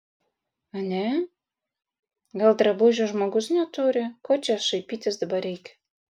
ane gal drabužių žmogus neturi ko čia šaipytis dabar reikia